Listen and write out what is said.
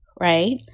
right